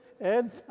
Ed